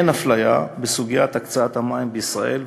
אין אפליה בסוגיית הקצאת המים בישראל,